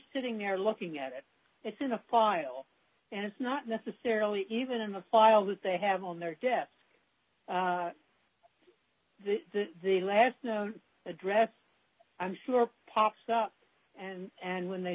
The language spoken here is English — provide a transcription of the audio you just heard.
sitting there looking at it it's in a pile and it's not necessarily even in the file that they have on their death that the last known address i'm sure pops up and and when they